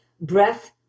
breath